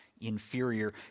inferior